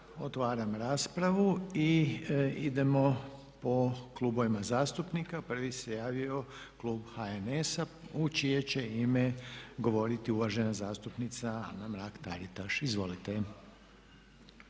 otvaram raspravu. Idemo po klubovima zastupnika. Prvi se javio klub HNS-a u čije će ime govoriti uvažena zastupnica Anka Mrak-Taritaš. Izvolite.